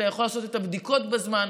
אתה יכול לעשות את הבדיקות בזמן,